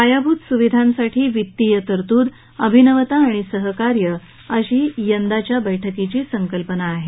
पायाभूत सुविधांसाठी वित्तीय तरतूद अभिनवता आणि सहकार्य अशी या वर्षीच्या बैठकीची संकल्पना आहे